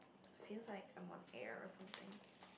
feels like someone air or something